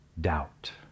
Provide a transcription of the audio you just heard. doubt